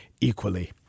equally